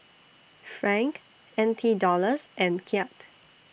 Franc N T Dollars and Kyat